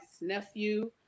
Nephew